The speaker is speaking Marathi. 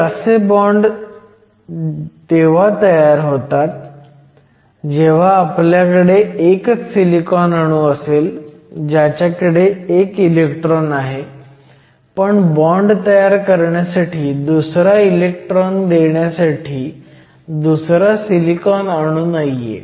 जे असे बॉण्ड तेव्हा तयार होतात जेव्हा आपल्याकडे एकच सिलिकॉन अणू असेल ज्याच्याकडे एक इलेक्ट्रॉन आहे पण बॉण्ड तयार करण्यासाठी दुसरा इलेक्ट्रॉन देण्यासाठी दुसरा सिलिकॉन अणू नाहीये